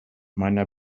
meiner